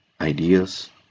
Ideas